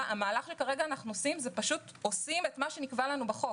המהלך כרגע הוא לעשות את מה שנקבע לנו בחוק.